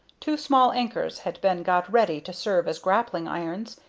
two small anchors had been got ready to serve as grappling-irons,